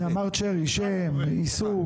שנייה, מר צ'רי, שם, עיסוק.